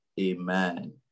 amen